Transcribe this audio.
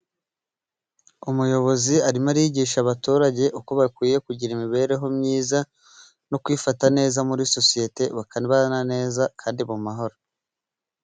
Umuyobozi arimo arigisha abaturage uko bakwiye kugira imibereho myiza no kwifata neza muri sosiyete, bakabana neza kandi mu mahoro.